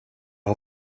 har